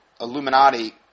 Illuminati